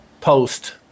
post